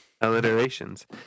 alliterations